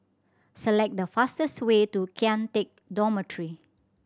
select the fastest way to Kian Teck Dormitory